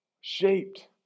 shaped